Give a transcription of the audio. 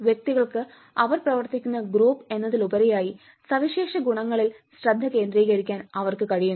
വ്യക്തികൾക്ക് അവർ പ്രവർത്തിക്കുന്ന ഗ്രൂപ്പ് എന്നതിലുപരിയായി സവിശേഷ ഗുണങ്ങളിൽ ശ്രദ്ധ കേന്ദ്രീകരിക്കാൻ അവർക്ക് കഴിയുന്നു